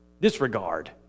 Disregard